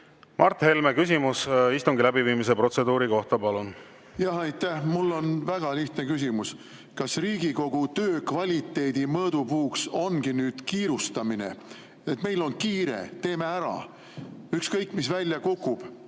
Mart Helme, küsimus istungi läbiviimise protseduuri kohta, palun! Aitäh! Mul on väga lihtne küsimus. Kas Riigikogu töö kvaliteedi mõõdupuuks ongi kiirustamine? Et meil on kiire, teeme ära, ükskõik, mis välja kukub,